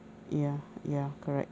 ya ya correct